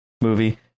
movie